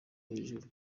hejuru